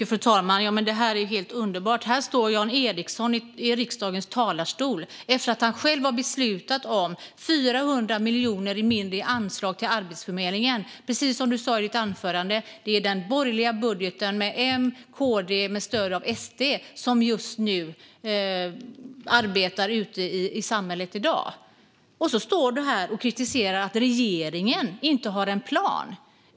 Fru talman! Det här är helt underbart. Här står Jan Ericson i riksdagens talarstol efter att han själv har beslutat om 400 miljoners minskning av anslaget till Arbetsförmedlingen. Som han sa i sitt anförande är det den borgerliga budgeten, vilken lades fram av M och KD och fick stöd av SD, som arbetar ute i samhället i dag. Och så står han här och kritiserar att regeringen inte har en plan!